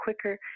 quicker